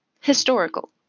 historical